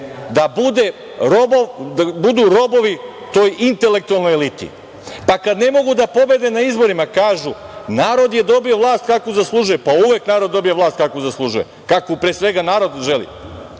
da budu robovi toj intelektualnoj eliti. Pa, kada ne mogu da pobede na izborima kažu – narod je dobio vlast kakvu zaslužuje. Uvek narod dobije vlast kakvu zaslužuje, kakvu, pre svega, narod želi.